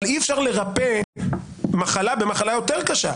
אבל אי אפשר לרפא מחלה במחלה יותר קשה.